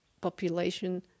population